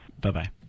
Bye-bye